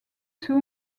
two